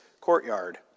courtyard